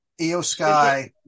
EOSky